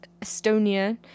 Estonia